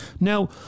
Now